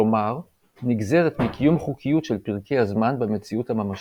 כלומר - נגזרת מקיום חוקיות של פרקי הזמן במציאות הממשית,